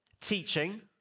teaching